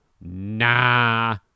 nah